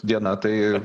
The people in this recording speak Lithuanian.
diena tai